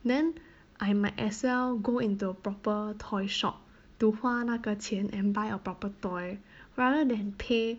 then I might as well go into a proper toy shop to 花那个钱 and buy a proper toy rather than pay